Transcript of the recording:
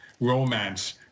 romance